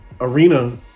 arena